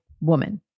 woman